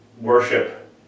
worship